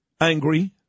angry